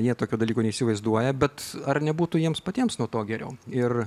jie tokio dalyko neįsivaizduoja bet ar nebūtų jiems patiems nuo to geriau ir